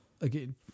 Again